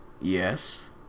yes